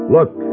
Look